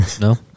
no